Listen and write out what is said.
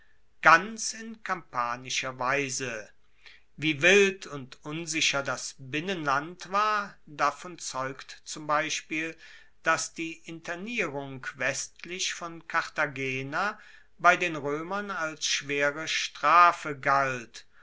ganz in kampanischer weise wie wild und unsicher das binnenland war davon zeugt zum beispiel dass die internierung westlich von cartagena bei den roemern als schwere strafe galt